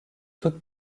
toute